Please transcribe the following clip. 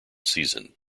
season